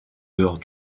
dehors